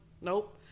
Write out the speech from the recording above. Nope